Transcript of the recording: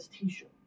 t-shirt